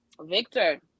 Victor